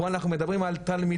פה אנחנו מדברים על תלמידות,